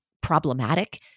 problematic